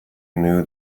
knew